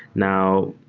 now,